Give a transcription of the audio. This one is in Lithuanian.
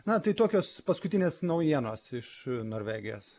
na tai tokios paskutinės naujienos iš norvegijos